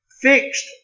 fixed